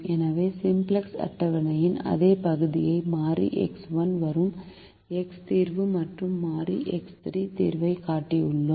எனவே சிம்ப்ளக்ஸ் அட்டவணையின் அதே பகுதியை மாறி எக்ஸ் 1 வரும் x தீர்வு மற்றும் மாறி எக்ஸ் 3 தீர்வைக் காட்டியுள்ளேன்